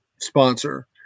sponsor